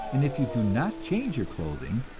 and if you do not change your clothing,